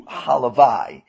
halavai